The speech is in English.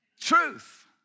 Truth